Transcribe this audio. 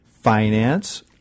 finance